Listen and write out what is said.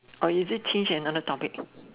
or is it change another topic